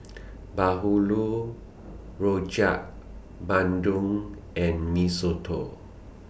Bahulu Rojak Bandung and Mee Soto